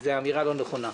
זו אמירה לא נכונה,